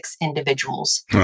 individuals